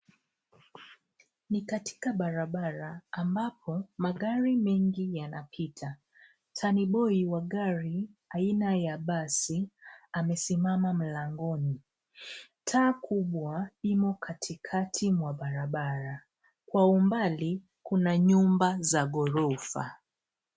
Ni katika barabara, ambpo, magari mengi yanapita. Taniboi, wa gari aina ya basi, amesimama mlangoni. Taa kubwa, imo katikati ya barabara. Kwa umbali, kuna nyumba za ghorofa.